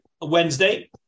Wednesday